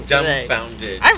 Dumbfounded